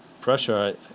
pressure